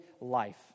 life